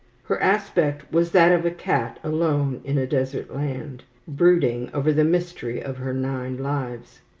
her aspect was that of a cat alone in a desert land, brooding over the mystery of her nine lives.